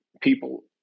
people